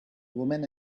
woman